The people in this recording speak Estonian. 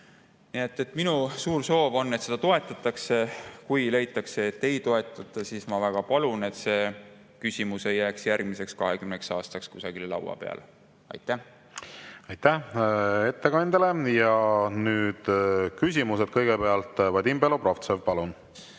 Minu suur soov on, et seda eelnõu toetataks. Kui leitakse, et ei toetata, siis ma väga palun, et see küsimus ei jääks järgmiseks 20 aastaks kusagile laua peale. Aitäh! Aitäh ettekandjale! Ja nüüd küsimused. Kõigepealt Vadim Belobrovtsev, palun!